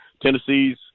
Tennessee's